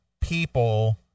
people